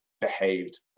behaved